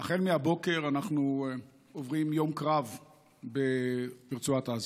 החל מהבוקר אנחנו עוברים יום קרב ברצועת עזה.